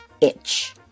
itch